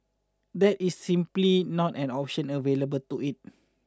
that is simply not an option available to it